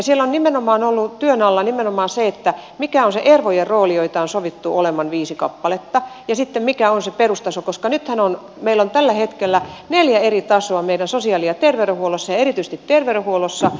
siellä on ollut työn alla nimenomaan se mikä on niiden ervojen rooli joita on sovittu olevan viisi kappaletta ja sitten se mikä on se perustaso koska nythän meillä on tällä hetkellä neljä eri tasoa meidän sosiaali ja terveydenhuollossa ja erityisesti terveydenhuollossa